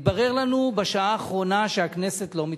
התברר לנו בשעה האחרונה שהכנסת לא מתפזרת,